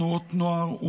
ילדים